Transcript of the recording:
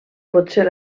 potser